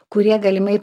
kurie galimai